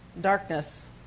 Darkness